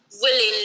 willingly